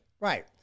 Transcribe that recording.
right